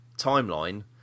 timeline